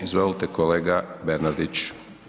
Izvolite, kolega Bernardić.